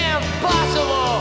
impossible